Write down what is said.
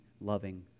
loving